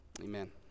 Amen